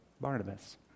Barnabas